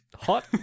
hot